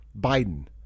Biden